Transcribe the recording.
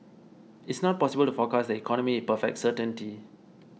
it's not possible to forecast the economy in perfect certainty